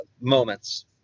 moments